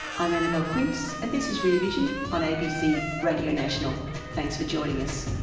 i'm annabelle quince and this is rear vision on abc radio national. thanks for joining us